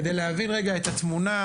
כדי להבין רגע את התמונה,